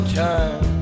time